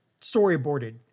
storyboarded